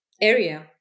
area